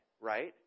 Right